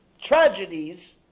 tragedies